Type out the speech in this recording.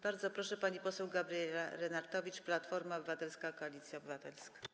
Bardzo proszę, pani poseł Gabriela Lenartowicz, Platforma Obywatelska - Koalicja Obywatelska.